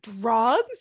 drugs